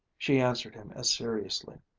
she answered him as seriously.